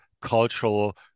cultural